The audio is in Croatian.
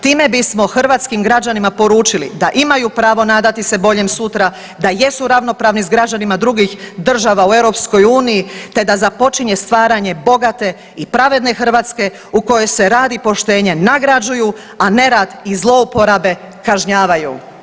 Time bismo hrvatskim građanima poručili da imaju pravo nadati se boljem sutra, da jesu ravnopravni s građanima drugih država u Europskoj uniji te da započinje stvaranje bogate i pravedne Hrvatskoj u kojoj se rad i poštenje nagrađuju, a nerad i zlouporabe kažnjavaju.